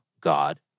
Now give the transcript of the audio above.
God